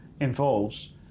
involves